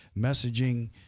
messaging